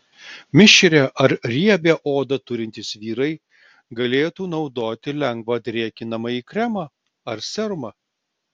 mišrią ar riebią odą turintys vyrai galėtų naudoti lengvą drėkinamąjį kremą ar serumą